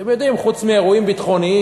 אתם יודעים, חוץ מאירועים ביטחוניים